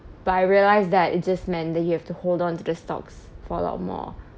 but I realized that it just meant that you have to hold on to the stocks for a lot more